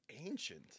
ancient